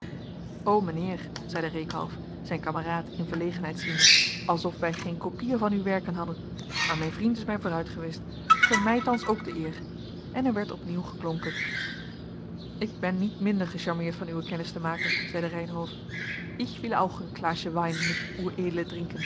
o mijnheer zeide reekalf zijn kameraad in verlegenheid ziende alsof wij geen kopieën van uw werken hadden maar mijn vriend is mij vooruit geweest gun mij thans ook de eer en er werd op nieuw geklonken ik ben niet minder gecharmeerd van uwe kennis te maken zeide reynhove ich wil auch een klaasje wein mit ued trinken